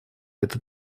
этот